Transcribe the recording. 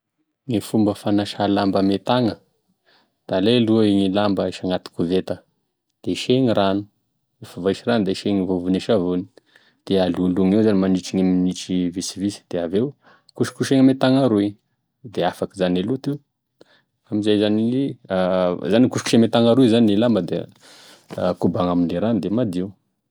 E fomba fanasa lamba ame tagna da alay aloha e lamba da ahisy agnaty koveta da isegny rano rehefa vaisy rano da ise gne vovon'e savony da alologny eo mandritry gne minitry vitsivitsy da avy eo kosegny ame tagna roy, da afaky zany e loto, izany hoe kosokosegny ame tagna roy zany i lamba da kobagny ame rano da madio.